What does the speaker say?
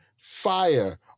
fire